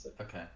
Okay